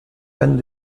fans